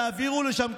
תעבירו לשם,